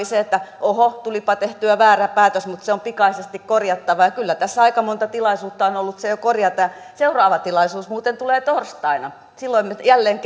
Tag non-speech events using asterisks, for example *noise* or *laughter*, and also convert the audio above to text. *unintelligible* se että oho tulipa tehtyä väärä päätös mutta se on pikaisesti korjattava ja kyllä tässä aika monta tilaisuutta on jo ollut se korjata seuraava tilaisuus muuten tulee torstaina silloin me jälleen *unintelligible*